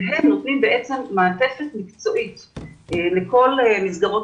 והם נותנים מעטפת מקצועית לכל מסגרות